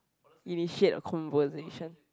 initiate a conversation